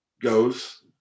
goes